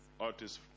artists